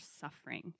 suffering